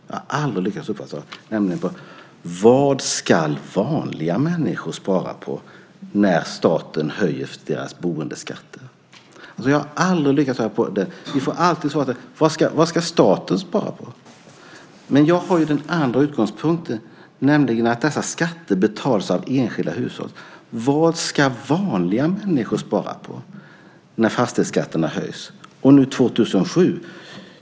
Frågan är: Vad ska vanliga människor spara på när staten höjer deras boendeskatter? Vi får alltid höra: Vad ska staten spara på? Men jag har den andra utgångspunkten, nämligen att dessa skatter betalas av enskilda hushåll. Vad ska vanliga människor spara på när fastighetsskatterna höjs 2007?